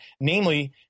Namely